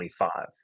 25